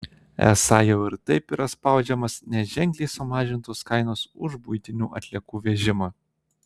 esą jau ir taip yra spaudžiamas nes ženkliai sumažintos kainos už buitinių atliekų vežimą